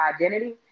identity